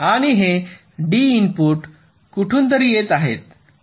आणि हे D input कुठून तरी येत आहेत